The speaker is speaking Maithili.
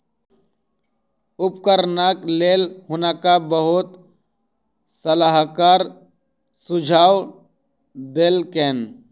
उपकरणक लेल हुनका बहुत सलाहकार सुझाव देलकैन